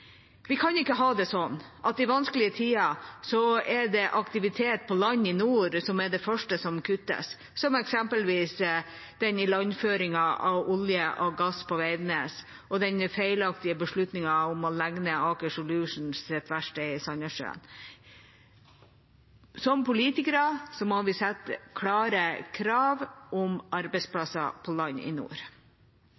Vi kan ikke ha det sånn at i vanskelige tider er det aktivitet på land i nord som er det første som kuttes, som eksempelvis ilandføringen av olje og gass på Veidnes og den feilaktige beslutningen om å legge ned Aker Solutions’ verksted i Sandnessjøen. Som politikere må vi stille klare krav om